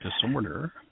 disorder